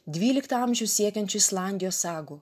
dvyliktą amžių siekiančių islandijos sagų